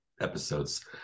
episodes